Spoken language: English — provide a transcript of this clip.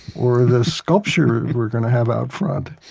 or the sculpture we're going to have out front?